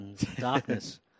darkness